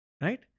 Right